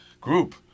group